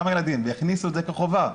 והכניסו את זה כחובה.